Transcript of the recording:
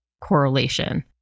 correlation